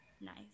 Nice